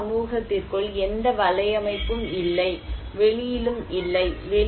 சொந்த சமூகத்திற்குள் எந்த வலையமைப்பும் இல்லை வெளியிலும் இல்லை